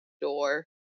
door